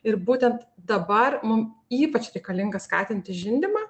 ir būtent dabar mum ypač reikalinga skatinti žindymą